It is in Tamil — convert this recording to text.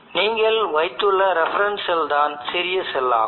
நீங்கள் வைத்துள்ள ரெஃபரன்ஸ் செல் தான் சிறிய செல் ஆகும்